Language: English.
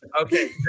Okay